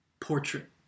portrait